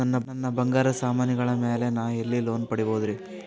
ನನ್ನ ಬಂಗಾರ ಸಾಮಾನಿಗಳ ಮ್ಯಾಲೆ ನಾ ಎಲ್ಲಿ ಲೋನ್ ಪಡಿಬೋದರಿ?